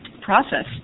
process